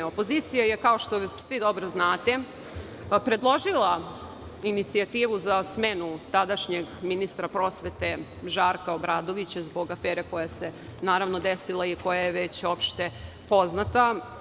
Opozicija je, kao što svi dobro znate, predložila inicijativu za smenu tadašnjeg ministra prosvete Žarka Obradovića zbog afere koja se naravno desila i koja je već opšte poznata.